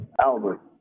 Albert